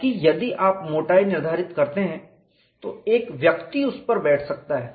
क्योंकि यदि आप मोटाई निर्धारित करते हैं तो एक व्यक्ति उस पर बैठ सकता है